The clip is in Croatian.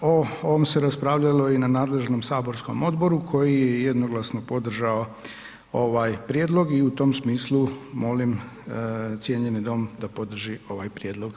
O ovom se raspravljalo i na nadležnom saborskom odboru koji je i jednoglasno podržao ovaj prijedlog i u tom smislu molim cijenjeni dom da podrži ovaj prijedlog.